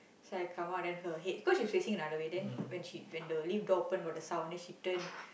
so I come out then her head cause she facing another way then when she when the lift door open got the sound then she turn